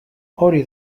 hori